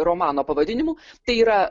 romano pavadinimu tai yra